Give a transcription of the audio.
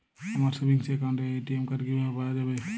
আমার সেভিংস অ্যাকাউন্টের ATM card কিভাবে পাওয়া যাবে?